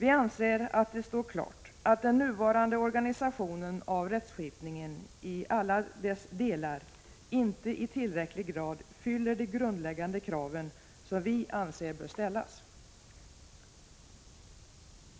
Vi anser att det står klart att den nuvarande organisationen av rättskipningen i alla dess delar inte i tillräcklig grad fyller de grundläggande krav som vi anser bör ställas.